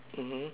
mmhmm